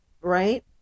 right